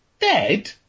Dead